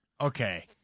Okay